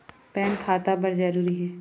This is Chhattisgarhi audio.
पैन खाता बर जरूरी हे?